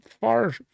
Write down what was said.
far